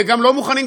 וגם לא מוכנים,